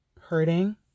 hurting